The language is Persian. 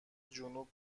جنوب